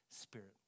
Spirit